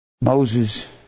Moses